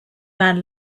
man